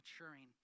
maturing